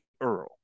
Earl